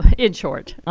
in short,